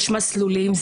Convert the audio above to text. יש מסלולים,